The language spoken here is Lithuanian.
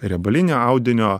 riebalinio audinio